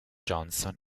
johnson